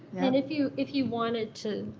and if you if you wanted to,